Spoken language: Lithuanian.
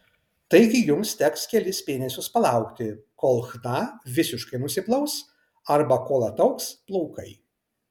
taigi jums teks kelis mėnesius palaukti kol chna visiškai nusiplaus arba kol ataugs plaukai